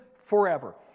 forever